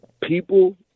people